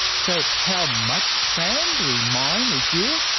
so, how much sand do we mine each year?